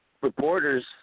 Reporters